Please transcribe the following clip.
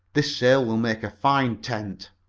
this sail will make a fine tent.